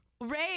Ray